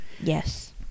Yes